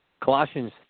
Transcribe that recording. Colossians